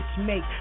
make